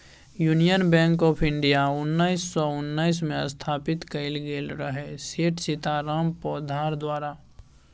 union bank of India उन्नैस सय उन्नैसमे स्थापित कएल गेल रहय सेठ सीताराम पोद्दार द्वारा